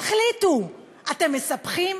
תחליטו, אתם מספחים?